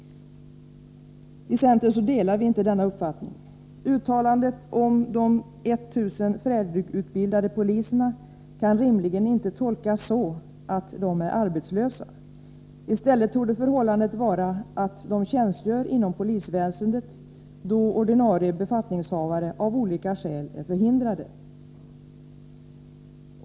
Vi i centern delar inte denna uppfattning. Uttalandet om de 1 000 färdigutbildade poliserna kan rimligen inte tolkas så, att dessa är arbetslösa. I stället torde förhållandet vara att de tjänstgör inom polisväsendet då ordinarie befattningshavare av olika skäl är förhindrade.